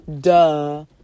Duh